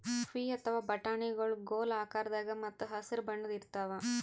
ಪೀ ಅಥವಾ ಬಟಾಣಿಗೊಳ್ ಗೋಲ್ ಆಕಾರದಾಗ ಮತ್ತ್ ಹಸರ್ ಬಣ್ಣದ್ ಇರ್ತಾವ